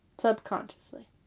subconsciously